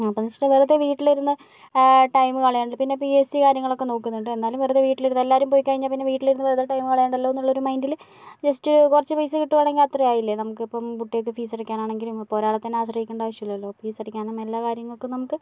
പോലത്തെ വീട്ടിലിരുന്ന് ടൈമ് കളയണ്ടല്ലോ പിന്നെ പിഎസ്സികാര്യങ്ങളൊക്കെ നോക്കുന്നൊണ്ട് എന്നാലും വെറുതെ വീട്ടിലിരുന്ന് എല്ലാരും പോയ്കഴിഞ്ഞാൽ പിന്നെ വീട്ടിലിരുന്ന് വെറുതെ ടൈമ് കളയണ്ടല്ലോന്നുള്ളൊരു മൈൻഡില് ജസ്റ്റ് കുറച്ച് പൈസ കിട്ടുവാണങ്കിൽ അത്രയായില്ലേ നമക്കിപ്പം കുട്ടികൾക്ക് ഫീസടക്കാനാണെങ്കിലും ഇപ്പം ഒരാളെ തന്നെ ആശ്രയിക്കണ്ട ആവശ്യയില്ലല്ലോ ഫീസടക്കാനും എല്ലാ കാര്യങ്ങൾക്കും നമുക്ക്